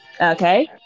Okay